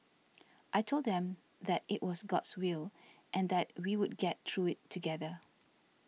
I told them that it was God's will and that we would get through it together